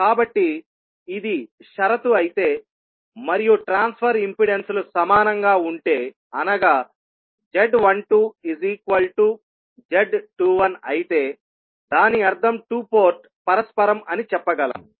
కాబట్టి ఇది షరతు అయితే మరియు ట్రాన్స్ఫర్ ఇంపెడెన్సులు సమానంగా ఉంటే అనగా z12 z21అయితే దాని అర్థం 2 పోర్టు పరస్పరం అని చెప్పగలం